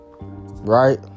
Right